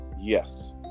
yes